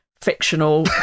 fictional